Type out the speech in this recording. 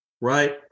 right